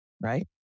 right